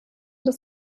des